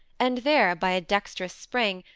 and there, by a dexterous spring,